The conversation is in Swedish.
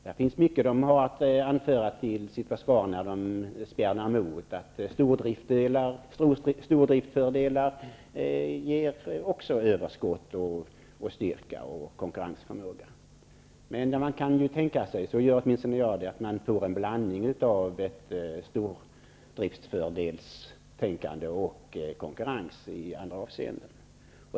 Det finns mycket att anföra till SJ:s försvar när man inom SJ spjärnar emot. Stordriftsfördelar ger ju också överskott, styrka och konkurrensförmåga. Man kan emellertid tänka sig -- åtminstone jag -- att ha en blandning av stordriftsfördelstänkande och konkurrenstänkande i andra avseenden.